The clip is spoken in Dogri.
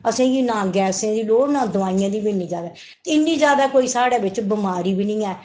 असें गी न गैसें दा लोड़ न दवाइयें दी बी इन्नी जैदा इन्नी जैदा कोई साढ़े बिच बमारी बी नेईं ऐ